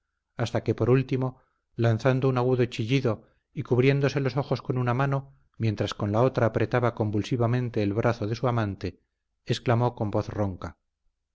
hasta que por último lanzando un agudo chillido y cubriéndose los ojos con una mano mientras con la otra apretaba convulsivamente el brazo de su amante exclamó con voz ronca